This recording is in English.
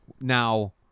Now